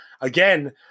again